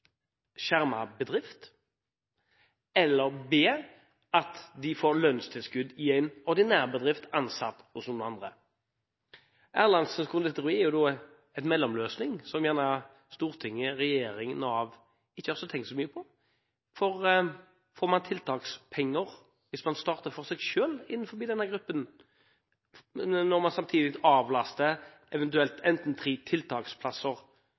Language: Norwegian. bedrift, eller at de får lønnstilskudd i en ordinær bedrift og er ansatt hos noen andre. Erlandsens Conditori er en mellomløsning, som Stortinget, regjeringen og Nav ikke har tenkt så mye på. Hvis man får tiltakspenger hvis man starter for seg selv innenfor denne gruppen, avlaster man enten tre tiltaksplasser, som man skulle hatt via Nav Fylke, eller tre